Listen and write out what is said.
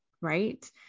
right